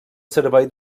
servei